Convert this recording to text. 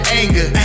anger